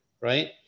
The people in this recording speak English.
right